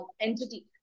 entity